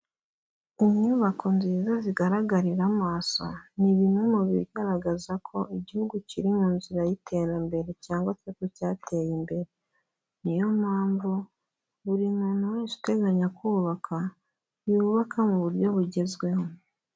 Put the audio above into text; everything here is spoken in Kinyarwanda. Inyubako nziza zigaragarira amaso, ni bimwe mu bigaragaza ko igihugu kiri mu nzira y'iterambere cyangwa se ko cyateye imbere, ni yo mpamvu buri muntu wese uteganya kubaka yubaka mu buryo bugezweho.